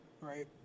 right